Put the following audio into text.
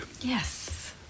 Yes